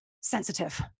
sensitive